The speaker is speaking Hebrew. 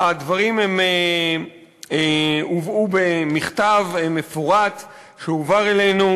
הדברים הובאו במכתב מפורט שהועבר אלינו,